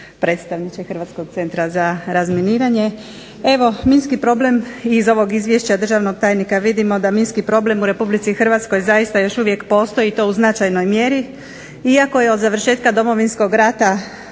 Hrvatskog centra za razminiranje. Evo minski problem iz ovog izvješća državnog tajnika vidimo da minski problem u Republici Hrvatskoj zaista još uvijek postoji i to u značajnoj mjeri, iako je od završetka Domovinskog rata